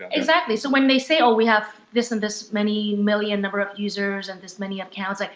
exactly, so when they say, oh we have this and this many million number of users and this many accounts,